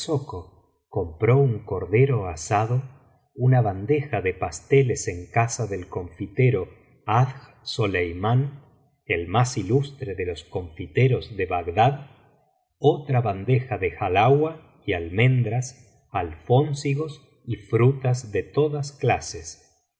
compró un cordero asado una bandeja de pasteles en casa del confitero haj solimán el más ilustre de los confiteros de bagdad otra bandeja de halaua y almendras alfónsigos y frutas de todas clases